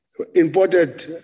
imported